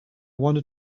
wanted